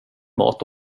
mat